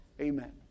amen